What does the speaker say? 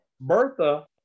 Bertha